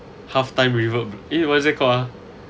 half time revert eh what's it called ah